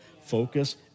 Focus